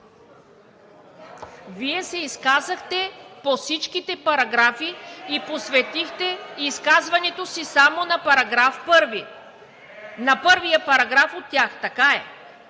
Вие се изказахте по всичките параграфи и посветихте изказването си само на първия параграф от тях, така е.